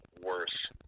worse